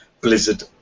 Blizzard